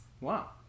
Wow